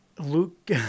Luke